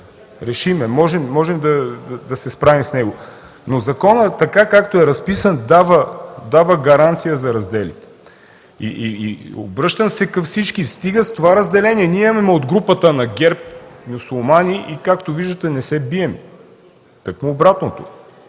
Решим е, можем да се справим с него, но законът, така както е разписан, дава гаранция за разделите. Обръщам се към всички: стига с това разделение! Ние имаме в групата на ГЕРБ мюсюлмани и, както виждате, не се бием, тъкмо обратното.